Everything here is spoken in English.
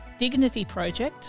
dignityproject